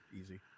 easy